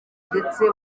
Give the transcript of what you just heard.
ndetse